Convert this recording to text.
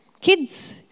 kids